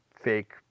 fake